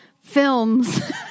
films